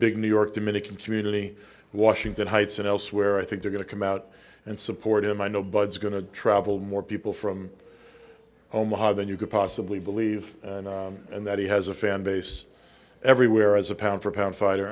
new york dominican community washington heights and elsewhere i think they're going to come out and support him i know bud's going to travel more people from omaha than you could possibly believe and that he has a fan base everywhere as a pound for pound fighter